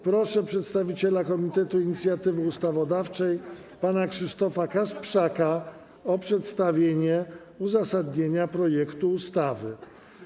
Proszę przedstawiciela Komitetu Inicjatywy Ustawodawczej pana Krzysztofa Kasprzaka o przedstawienie uzasadnienia projektu ustawy.